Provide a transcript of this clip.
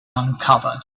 uncovered